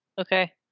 Okay